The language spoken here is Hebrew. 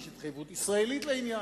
יש התחייבות ישראלית בעניין,